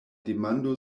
demando